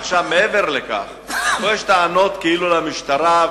עכשיו, מעבר לכך, פה יש טענות כאילו למשטרה.